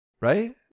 right